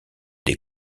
des